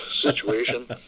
situation